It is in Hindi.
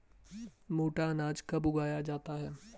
मोटा अनाज कब उगाया जाता है?